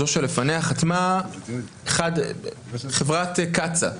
זו שלפניה חברת קצא"א,